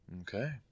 Okay